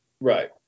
Right